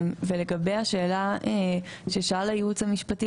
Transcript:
לגבי השאלה ששאל היועץ המשפטי,